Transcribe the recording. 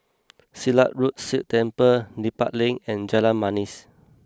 Silat Road Sikh Temple Dedap Link and Jalan Manis